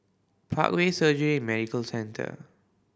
Parkway Surgery and Medical Centre